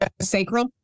sacral